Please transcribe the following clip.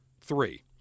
three